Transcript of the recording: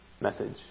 message